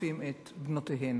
שתוקפים את בנותיהם.